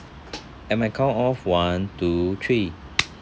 at my count of one two three